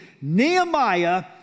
Nehemiah